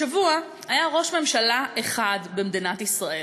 השבוע היה ראש ממשלה אחד במדינת ישראל,